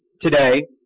today